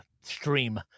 stream